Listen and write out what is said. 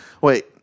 Wait